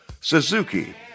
Suzuki